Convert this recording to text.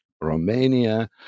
romania